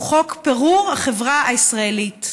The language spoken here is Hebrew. הוא חוק פירור החברה הישראלית.